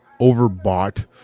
overbought